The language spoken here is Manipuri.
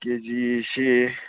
ꯀꯦꯖꯤꯁꯤ